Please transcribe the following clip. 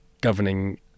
governing